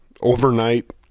overnight